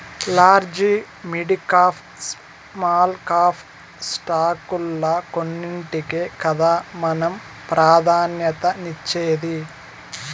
large, midcap, small cap స్టాకుల్ల కొన్నింటికే కదా మనం ప్రాధాన్యతనిచ్చేది